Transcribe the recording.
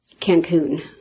Cancun